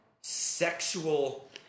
sexual